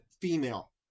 female